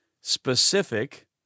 specific